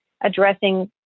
addressing